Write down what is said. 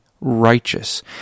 righteous